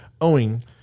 owing